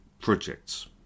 projects